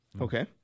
Okay